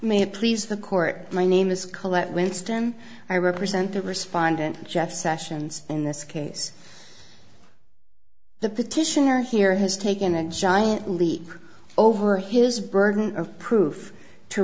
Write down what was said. may please the court my name is collette winston i represent the respondent jeff sessions in this case the petitioner here has taken a giant leap over his burden of proof to